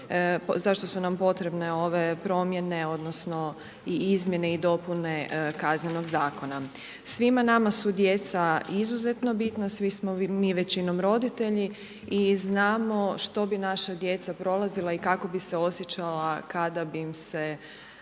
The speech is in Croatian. zašto su nam potrebne ove promjene, odnosno i izmjene i dopune Kaznenog zakona. Svima nama su djeca izuzetno bitna, svi smo mi većinom roditelji i znamo što bi naša djeca prolazila i kako bi se osjećala kada bi im se